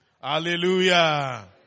hallelujah